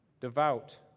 devout